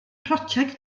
project